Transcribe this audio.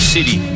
City